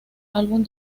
álbum